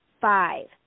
five